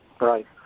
Right